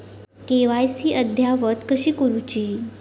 KYC अद्ययावत कशी करुची?